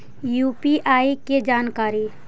UPI के जानकारी?